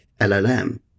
LLM